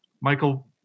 Michael